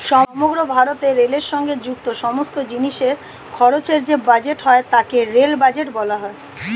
সমগ্র ভারতে রেলের সঙ্গে যুক্ত সমস্ত জিনিসের খরচের যে বাজেট হয় তাকে রেল বাজেট বলা হয়